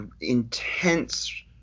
intense